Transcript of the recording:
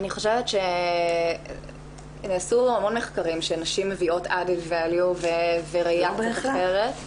אני חושבת שנעשו המון מחקרים שנשים מביאות ערך מוסף וראייה אחרת,